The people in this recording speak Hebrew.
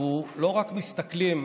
אנחנו לא רק מסתכלים